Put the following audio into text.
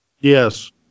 yes